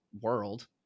world